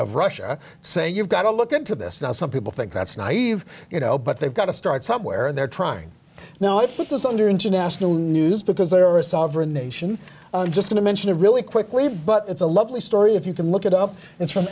of russia saying you've got to look into this now some people think that's naive you know but they've got to start somewhere and they're trying now i think this under international news because they are a sovereign nation just to mention really quickly but it's a lovely story if you can look it up it's from